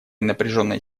напряженной